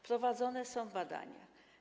Prowadzone są badania.